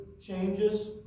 changes